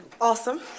Awesome